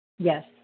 yes